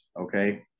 okay